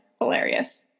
hilarious